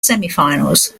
semifinals